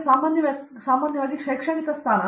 ಅರಂದಾಮ ಸಿಂಗ್ ಆದರೆ ಸಾಮಾನ್ಯವಾಗಿ ಶೈಕ್ಷಣಿಕ ಸ್ಥಾನವು